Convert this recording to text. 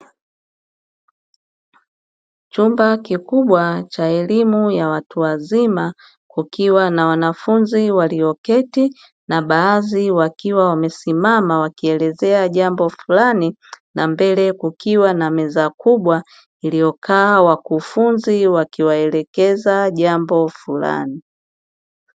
Chumba kikubwa cha elimu ya watu wazima kukiwa na wanafunzi walioketi na baadhi wakiwa wamesimama wakielezea jambo fulani na mbele kukiwa na meza kubwa iliyokaa wakufunzi wakiwaelekeza jambo fulani.